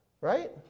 right